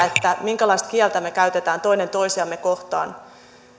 minkälaista kieltä me käytämme toinen toisiamme kohtaan